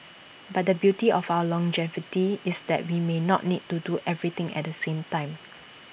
but the beauty of our longevity is that we may not need to do everything at the same time